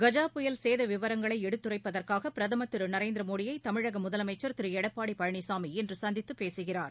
கஜா புயல் கேத விவரங்களை எடுத்துரைப்பதற்காக பிரகமர் திரு நரேந்திர மோடியை தமிழக முதலமைச்சர் திரு எடப்பாடி பழனிசாமி இன்று சந்தித்துப் பேசுகிறார்